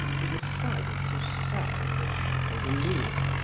he decided to sell the chateau de lourps,